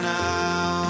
now